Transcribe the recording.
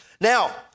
Now